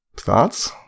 Thoughts